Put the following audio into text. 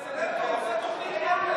הוא מצלם פה, הוא עושה תוכנית בוקר.